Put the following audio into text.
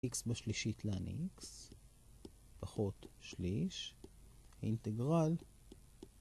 x בשלישית lan x פחות שליש אינטגרל.